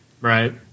Right